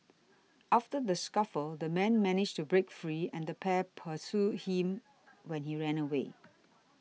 after the scuffle the man managed to break free and the pair pursued him when he ran away